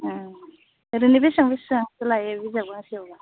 अ ओरैनो बेसेबां बेसेबांसो लायो बिजाब गांसेयाव